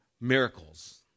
miracles